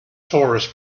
tourists